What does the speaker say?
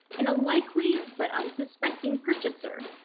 and a likely but unsuspecting purchaser,